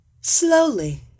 Slowly